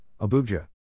Abuja